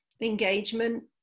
engagement